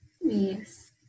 Yes